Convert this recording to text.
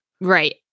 Right